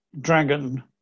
dragon